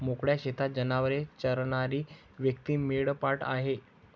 मोकळ्या शेतात जनावरे चरणारी व्यक्ती मेंढपाळ आहे